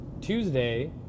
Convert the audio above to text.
Tuesday